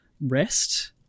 rest